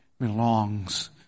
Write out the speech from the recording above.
belongs